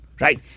right